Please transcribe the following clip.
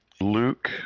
Luke